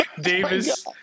Davis